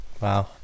Wow